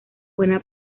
buena